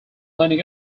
clinic